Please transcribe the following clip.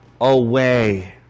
away